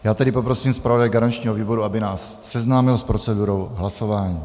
Já tedy poprosím zpravodaje garančního výboru, aby nás seznámil s procedurou hlasování.